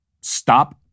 stop